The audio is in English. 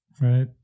right